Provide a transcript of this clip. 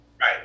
right